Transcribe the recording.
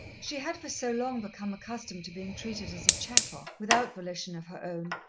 she had for so long become accustomed to being treated as a chattel, without volition of her own,